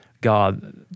God